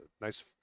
nice